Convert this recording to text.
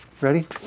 Ready